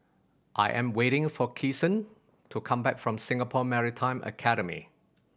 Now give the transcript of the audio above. I am waiting for Kyson to come back from Singapore Maritime Academy